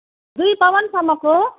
दुई पाउन्डसम्मको